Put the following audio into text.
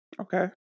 Okay